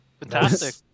Fantastic